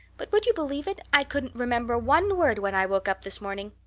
but would you believe it? i couldn't remember one word when i woke up this morning.